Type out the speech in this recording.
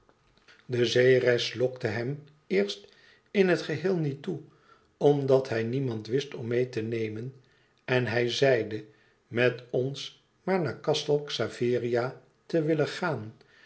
de zeereis lokte hem eerst in het geheel niet toe omdat hij niemand wist om meê te nemen en hij zeide met ons maar naar castel xaveria te willen gaan